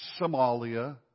Somalia